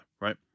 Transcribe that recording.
right